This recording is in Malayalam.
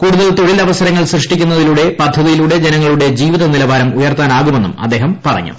കൂടുതൽ തൊഴിലവസരങ്ങൾ സൃഷ്ടിക്കുന്നതിലൂടെ പദ്ധതിയിലൂടെ ജീവിത നിലവാരം ഉയർത്താനാകുമെന്നും അദ്ദേഹം പറഞ്ഞു